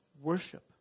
Worship